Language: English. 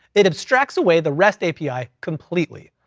it abstracts away the rest api completely.